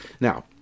Now